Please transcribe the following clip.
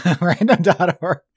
Random.org